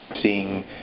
seeing